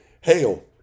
Hail